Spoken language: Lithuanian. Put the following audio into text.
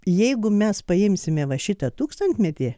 jeigu mes paimsime va šitą tūkstantmetį